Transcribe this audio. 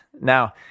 Now